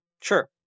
Sure